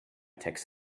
text